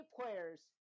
players